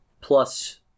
plus